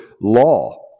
law